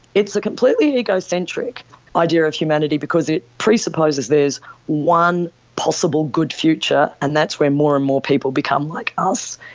it's a completely egocentric idea of humanity because it presupposes there is one possible good future and that's where more and more people become like us.